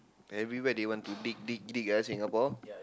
everywhere they want to dig dig dig ya Singapore